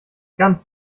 ganz